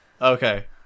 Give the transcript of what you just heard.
okay